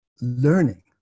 learning